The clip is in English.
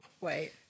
Wait